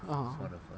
ah